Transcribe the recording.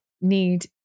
need